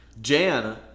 Jan